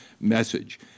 message